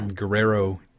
Guerrero